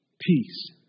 peace